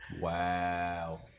Wow